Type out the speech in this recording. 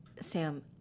Sam